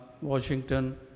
Washington